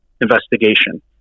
investigation